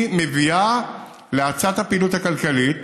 היא מביאה להאצת הפעילות הכלכלית.